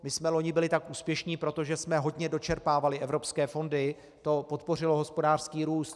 My jsme loni byli tak úspěšní proto, že jsme hodně dočerpávali evropské fondy, to podpořilo hospodářský růst.